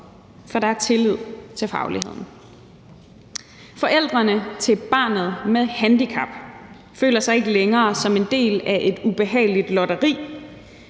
for der er tillid til fagligheden. Forældrene til barnet med handicap føler ikke længere, at de er en del af et ubehageligt lotteri,